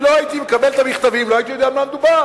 אם לא הייתי מקבל את המכתבים לא הייתי יודע במה מדובר.